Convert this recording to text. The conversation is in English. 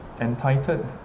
entitled